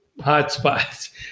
hotspots